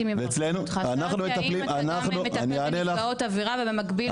האם אתה מטפל בנפגעות עבירה ובמקביל